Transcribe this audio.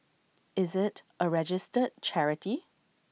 is IT A registered charity